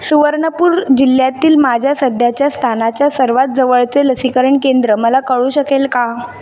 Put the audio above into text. सुवर्णपूर जिल्ह्यातील माझ्या सध्याच्या स्थानाच्या सर्वात जवळचे लसीकरण केंद्र मला कळू शकेल का